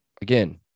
Again